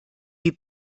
wie